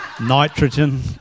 nitrogen